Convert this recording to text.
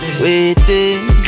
Waiting